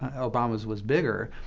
obama's was bigger.